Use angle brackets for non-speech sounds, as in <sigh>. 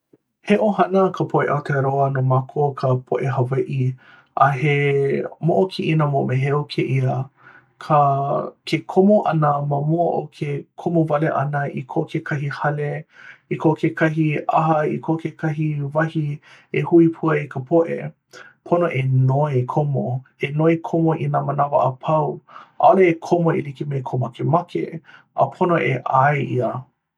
<noise> he ʻohana ka poʻe aotearoa no mākou ka poʻe hawaiʻi <noise> a he <noise> moʻokiʻina moʻomeheu kēia <noise> ka <hesitation> ke komo ʻana ma mua ke komo wale ʻana i ko kekahi hale <noise> i ko kekahi <noise> ʻaha i ko kekahi wahi e hui ai ka poʻe <noise> pono e noi komo <noise> e noi komo i nā manawa a pau, ʻaʻole e komo e like me kou makemake <noise> a pono e ʻae ʻia <noise>